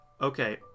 Okay